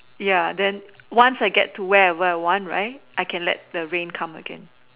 ya then once I get to wherever I want right I can let the rain come again